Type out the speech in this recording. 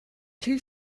two